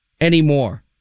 anymore